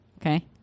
Okay